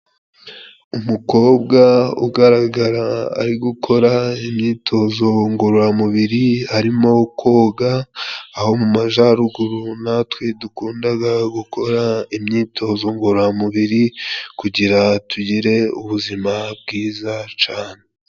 Umukobwa ugaragara ari gukora imyitozo ngororamubiri arimo koga, aho mu majaruguru natwe dukundaga gukora imyitozo ngororamubiri, kugira tugire ubuzima bwiza cane.